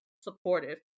supportive